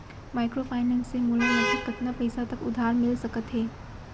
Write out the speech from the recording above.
Microfinance से मोला लगभग कतना पइसा तक उधार मिलिस सकत हे?